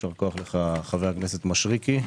יישר כוח לך חבר הכנסת מישרקי,